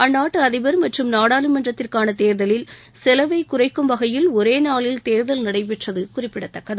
அந்நாட்டு அதிபர் மற்றும் நாடாளுமன்றத்திற்கான தேர்தலில் செலவை குறைக்கும் வகையில் ஒரே நாளில் தேர்தல் நடைபெற்றது குறிப்பிடதக்கது